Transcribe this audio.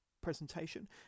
presentation